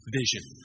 vision